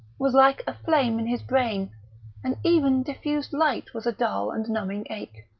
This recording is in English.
was like a flame in his brain and even diffused light was a dull and numbing ache.